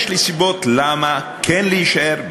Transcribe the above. אבל יש לי סיבות למה כן להישאר,